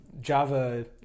Java